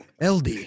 LD